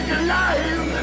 alive